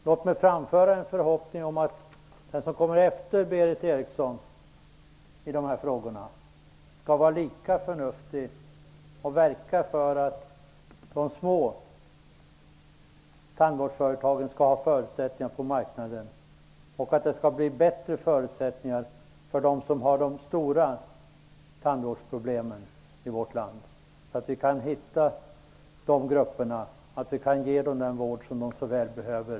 Låt mig framföra en förhoppning om att den som kommer efter Berith Eriksson i dessa frågor skall vara lika förnuftig och verka för att de små tandvårdsföretagen skall få bra förutsättningar på marknaden och för att det skall bli bättre förutsättningar för dem som har stora tandvårdsproblem i vårt land. Vi måste hitta dessa grupper och ge dem den vård som de så väl behöver.